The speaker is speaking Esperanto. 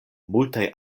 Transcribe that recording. multaj